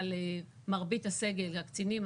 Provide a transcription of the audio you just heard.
אבל מרבית הסגל שהם הקצינים,